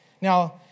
Now